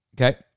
Okay